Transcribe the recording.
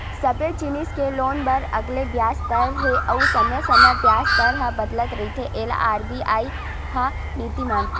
सबे जिनिस के लोन बर अलगे बियाज दर हे अउ समे समे बियाज दर ह बदलत रहिथे एला आर.बी.आई ह नीति बनाथे